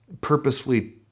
purposefully